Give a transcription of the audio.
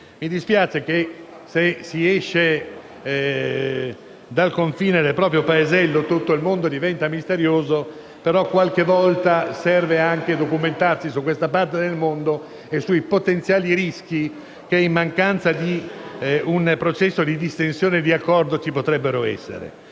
Mi dispiace che quando si esce dal confine del proprio paesello tutto il mondo diventa misterioso, ma qualche volta serve anche documentarsi su questa parte del mondo e sui potenziali rischi che in mancanza di un processo di distensione e di accordo potrebbero esserci.